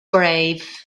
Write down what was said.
grave